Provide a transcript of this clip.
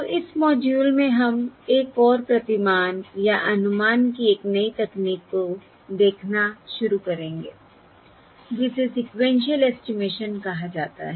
तो इस मॉड्यूल में हम एक और प्रतिमान या अनुमान की एक नई तकनीक को देखना शुरू करेंगे जिसे सीक्वेन्शिअल एस्टिमेशन कहा जाता है